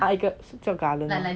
ah 一个 garden